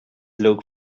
look